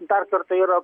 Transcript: dar kartą yra